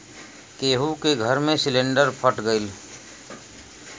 केहु के घर मे सिलिन्डर फट गयल